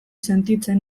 sentitzen